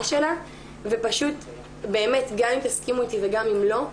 שלה ופשוט באמת גם אם תסכימו איתי גם אם לא,